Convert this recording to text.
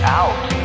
out